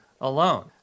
alone